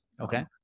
Okay